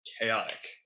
chaotic